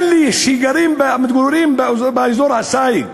אלה שמתגוררים באזור הסייג